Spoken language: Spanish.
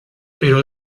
pero